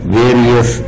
various